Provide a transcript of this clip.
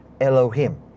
Elohim